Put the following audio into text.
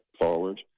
forward